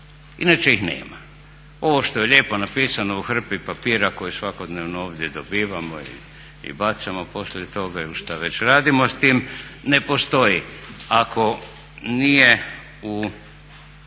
inače ih nema. Ovo što je lijepo napisano u hrpi papira koje svakodnevno ovdje dobivamo i bacamo poslije toga ili šta već radimo s tim, ne postoji ako nije u